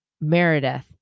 Meredith